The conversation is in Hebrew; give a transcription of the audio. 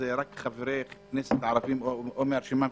רק חברי כנסת ערבים או מהרשימה המשותפת,